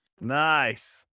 Nice